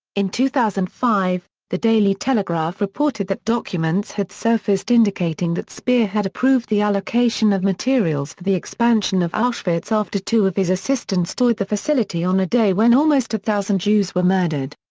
in two thousand and five, the daily telegraph reported that documents had surfaced indicating that speer had approved the allocation of materials for the expansion of auschwitz after two of his assistants toured the facility on a day when almost a thousand jews were murdered.